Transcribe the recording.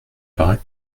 paraît